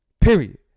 Period